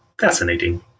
Fascinating